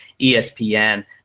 ESPN